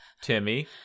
timmy